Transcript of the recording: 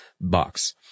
box